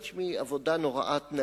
המים זה העניין של הקנס על צריכה עודפת.